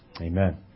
Amen